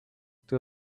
too